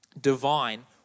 divine